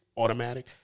Automatic